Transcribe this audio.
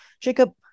Jacob